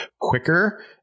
quicker